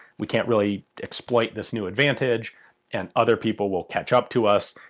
we can't really exploit this new advantage and other people will catch up to us.